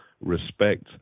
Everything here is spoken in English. respect